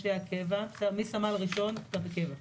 מבחינתנו מסמל ראשון, זה קבע.